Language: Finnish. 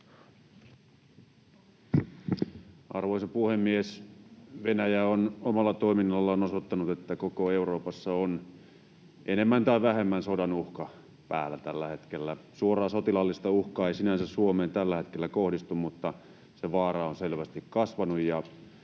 Arvoisa puhemies! Venäjä on omalla toiminnallaan osoittanut, että koko Euroopassa on enemmän tai vähemmän sodan uhka päällä tällä hetkellä. Suoraa sotilaallista uhkaa ei sinänsä Suomeen tällä hetkellä kohdistu, mutta sen vaara on selvästi kasvanut,